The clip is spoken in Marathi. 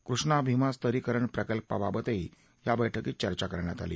कृष्णा भिमा स्तरीकरण प्रकल्पाबाबतही या बैठकीत चर्चा करण्यात आली